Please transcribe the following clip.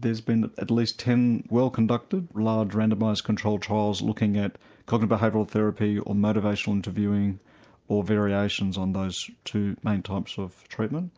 been at least ten well conducted large randomised controlled trials looking at cognitive behavioural therapy or motivational interviewing or variations on those two main types of treatment